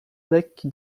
lekki